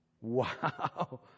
wow